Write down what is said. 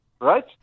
right